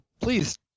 please